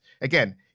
again